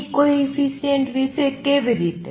B coefficient વિશે કેવી રીતે